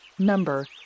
Number